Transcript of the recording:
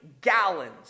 gallons